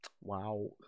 Wow